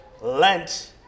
Lent